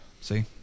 See